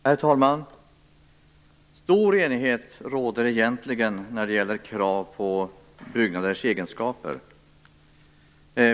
Herr talman! Stor enighet råder egentligen när det gäller krav på byggnaders egenskaper.